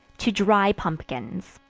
to dry pumpkins.